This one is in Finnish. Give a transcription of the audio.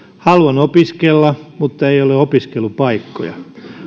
haluan opiskella mutta ei ole opiskelupaikkoja